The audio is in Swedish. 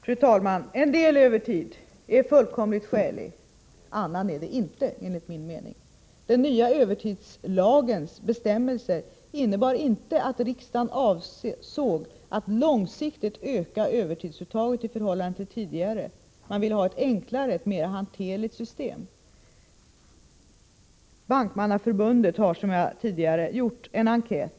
Fru talman! En del övertid är fullt skälig, annan är det inte, enligt min mening. Den nya övertidslagens bestämmelser innebar inte att riksdagen avsåg att långsiktigt öka övertidsuttaget i förhållande till vad som förekom tidigare. Man ville ha ett enklare, mera hanterligt system. Bankmannaförbundet har, som jag nämnde tidigare, gjort en enkät.